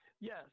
Yes